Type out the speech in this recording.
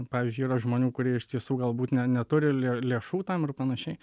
pavyzdžiui yra žmonių kurie iš tiesų galbūt ne neturi lė lėšų tam ir panašiai